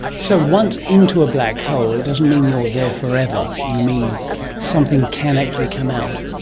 so once into a black hole, it doesn't mean you are there forever, you mean something can actually come out?